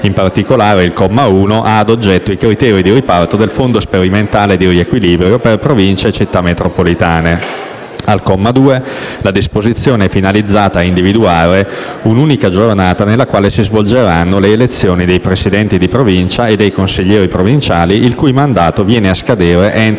In particolare, il comma 1 ha ad oggetto i criteri di riparto del Fondo sperimentale di riequilibrio per Province e Città metropolitane. Al comma 2, la disposizione è finalizzata a individuare un'unica giornata nella quale si svolgeranno le elezioni dei presidenti di Provincia e dei consiglieri provinciali, il cui mandato viene a scadere entro il 31